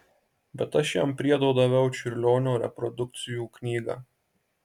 bet aš jam priedo daviau čiurlionio reprodukcijų knygą